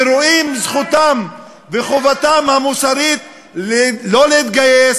ורואים כזכותם וחובתם המוסרית שלא להתגייס